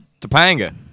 Topanga